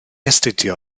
astudio